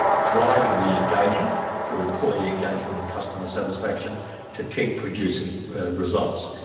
driving the engagement through employee engagement and customer satisfaction to keep producing results.